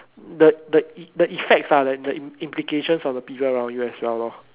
the the the effects are the implications of the people around you as well lor